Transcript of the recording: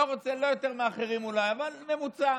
לא יותר מאחרים, אולי, אבל ממוצע,